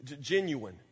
Genuine